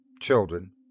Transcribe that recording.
CHILDREN